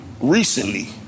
recently